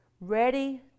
ready